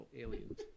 aliens